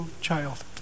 child